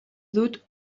dut